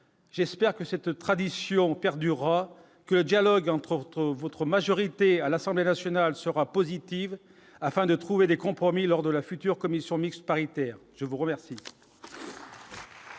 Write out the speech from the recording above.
j'espère que cette tradition perdure, que le dialogue entre votre votre majorité à l'Assemblée nationale sera positive afin de trouver des compromis lors de la future commission mixte paritaire, je vous remercie.